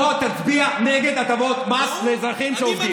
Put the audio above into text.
בוא תצביע נגד הטבות מס לאזרחים שעובדים.